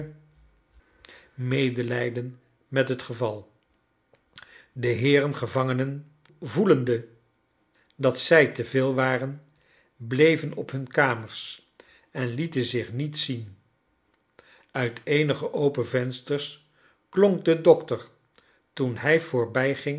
medelijden met het geval de heeren gevangenen voelende dat zij te veel waren bleven op hun kamers en lieten zich niet zien uit eenige open vensters klonk den dokter toen hij voorbijging